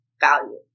value